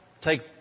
take